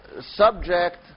subject